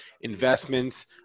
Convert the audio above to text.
Investments